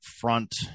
front